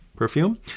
perfume